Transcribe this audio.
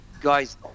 guys